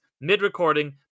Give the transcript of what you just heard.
mid-recording